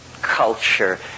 culture